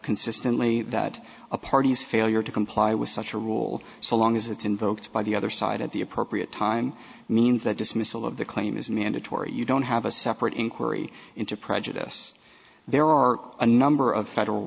consistently that a party's failure to comply with such a rule so long as it's invoked by the other side at the appropriate time means that dismissal of the claim is mandatory you don't have a separate inquiry into prejudice there are a number of federal